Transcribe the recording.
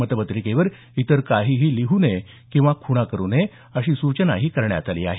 मतपत्रिकेवर इतर काहीही लिहू नये किंवा खुणा करू नयेत अशी सुचनाही करण्यात आली आहे